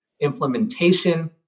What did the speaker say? implementation